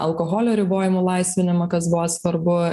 alkoholio ribojimų laisvinimą kas buvo svarbu